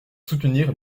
soutenir